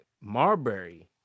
Marbury